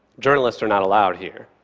journalists are not allowed here.